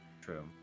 True